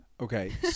Okay